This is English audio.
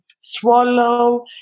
swallow